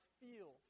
feel